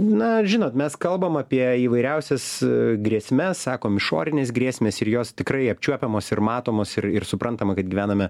na žinot mes kalbam apie įvairiausias grėsmes sakom išorinės grėsmės ir jos tikrai apčiuopiamos ir matomos ir ir suprantama kad gyvename